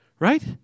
Right